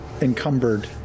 encumbered